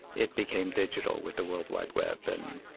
it became digital with the world wide web and,